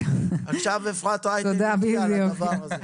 עכשיו אפרת רייטן --- בדיוק,